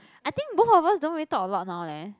I think both of us don't really talk a lot now leh